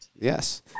Yes